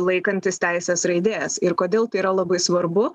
laikantis teisės raidės ir kodėl tai yra labai svarbu